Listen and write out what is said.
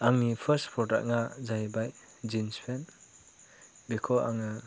आंनि फार्स्ट प्रडाक्टआ जाहैबाय जिन्स पेन्ट बेखौ आङो